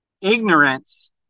ignorance